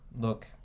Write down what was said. look